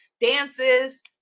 dances